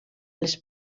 les